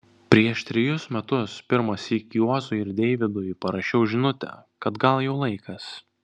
prieš trejus metus pirmąsyk juozui ir deivydui parašiau žinutę kad gal jau laikas